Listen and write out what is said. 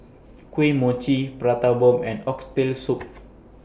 Kuih Mochi Prata Bomb and Oxtail Soup